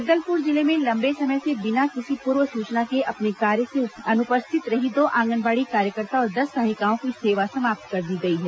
जगदलपुर जिले में लम्बे समय से बिना किसी पूर्व सूचना के अपने कार्य से उपस्थित रही दो आंगनबाड़ी कार्यकर्ता और दस सहायिकाओं की सेवा समाप्त कर दी गई है